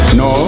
no